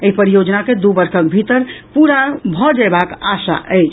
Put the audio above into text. एहि परियोजना के दू वर्षक भीतर पूरा भऽ जयबाक आशा अछि